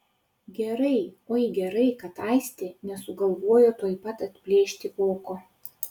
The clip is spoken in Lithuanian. gerai oi gerai kad aistė nesugalvojo tuoj pat atplėšti voko